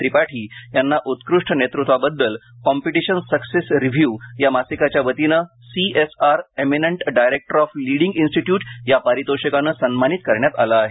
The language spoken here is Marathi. त्रिपाठी यांना उत्कृष्ट नेतृत्वाबद्दल कॉम्पिटिशन सक्सेस रिव्ह या मासिकाच्यावतीने C S R eminent director of leading institute या पारितोषिकाने सन्मानित करण्यात आलं आहे